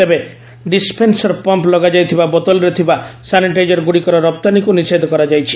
ତେବେ dispenser pump ଲଗାଯାଇଥିବା ବୋତଲରେ ଥିବା ସାନିଟାଇଜର୍ଗୁଡ଼ିକର ରପ୍ତାନୀକୁ ନିଷେଧ କରାଯାଇଛି